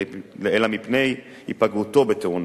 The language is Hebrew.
אלא מפני היפגעותו בתאונה,